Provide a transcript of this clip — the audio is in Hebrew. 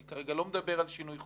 אני כרגע לא מדבר על שינוי חוקים.